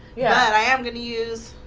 yeah, i am gonna use